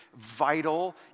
vital